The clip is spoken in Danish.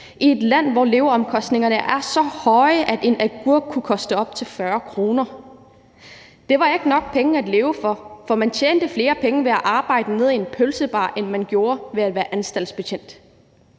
i et land, hvor leveomkostningerne er så høje, at en agurk kan koste op til 40 kr. Det var ikke nok penge at leve for, og man tjente flere penge ved at arbejde nede i en pølsebar, end man gjorde ved at være anstaltsbetjent.